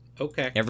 Okay